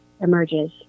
emerges